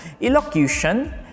elocution